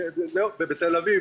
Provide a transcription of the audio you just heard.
ובתל אביב,